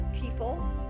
people